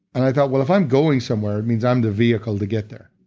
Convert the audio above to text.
and i thought, well, if i'm going somewhere, it means i'm the vehicle to get there.